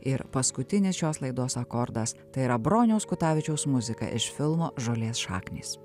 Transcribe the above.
ir paskutinis šios laidos akordas tai yra broniaus kutavičiaus muzika iš filmo žolės šaknys